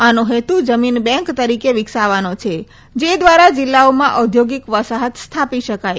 આનો હેતુ જમીન બેંક તરીકે વિકસાવાનો છે જે ધ્વારા જીલ્લાઓમાં ઔદ્યોગીક વસાહત સ્થાપી શકાય